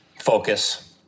focus